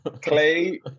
Clay